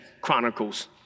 Chronicles